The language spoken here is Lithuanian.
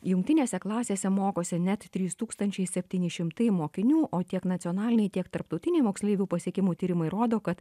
jungtinėse klasėse mokosi net trys tūkstančiai septyni šimtai mokinių o tiek nacionaliniai tiek tarptautiniai moksleivių pasiekimų tyrimai rodo kad